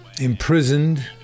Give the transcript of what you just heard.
imprisoned